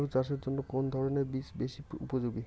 আলু চাষের জন্য কোন ধরণের বীজ বেশি উপযোগী?